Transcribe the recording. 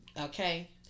okay